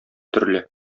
төрле